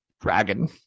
dragon